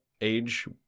age